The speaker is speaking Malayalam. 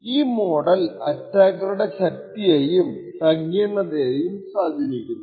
ഈ മോഡൽ അറ്റാക്കറുടെ ശക്തിയെയും സങ്കീർണതയേയും സ്വാധീനിക്കുന്നുണ്ട്